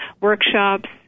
Workshops